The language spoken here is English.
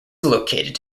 located